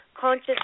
Conscious